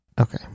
Okay